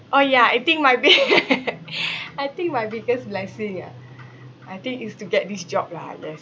orh ya I think my big~ I think my biggest blessing ah I think is to get this job lah I guess